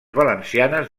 valencianes